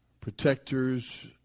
protectors